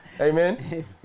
Amen